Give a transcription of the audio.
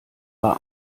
war